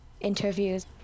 interviews